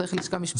צריך לשכה משפטית.